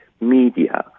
media